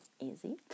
easy